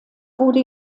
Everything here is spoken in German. wurde